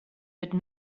but